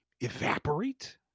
evaporate